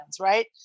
right